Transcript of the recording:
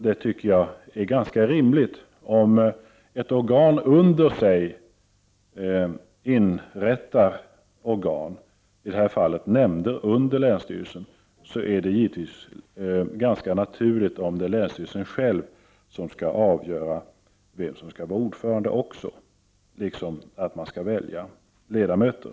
Jag tycker att det är ganska rimligt att om man i det här fallet inrättar nämnder som lyder under länsstyrelsen, dvs. ett organ som under sig inrättar andra organ, det är länsstyrelsen själv som skall avgöra vem som skall vara ordförande liksom att den också skall välja ledamöter.